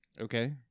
Okay